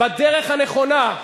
בדרך הנכונה,